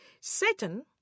Satan